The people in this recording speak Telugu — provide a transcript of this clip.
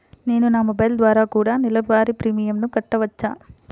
నేను నా మొబైల్ ద్వారా కూడ నెల వారి ప్రీమియంను కట్టావచ్చా?